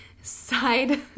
side